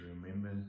remember